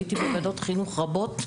הייתי בוועדות חינוך רבות,